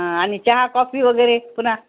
हा आणि चहा कॉफी वगैरे पुन्हा